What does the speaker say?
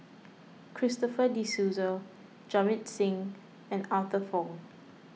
Christopher De Souza Jamit Singh and Arthur Fong